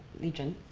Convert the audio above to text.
legion.